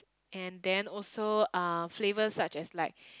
and then also uh flavours such as like